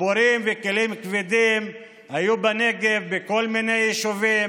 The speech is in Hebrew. דחפורים וכלים כבדים היו בנגב בכל מיני יישובים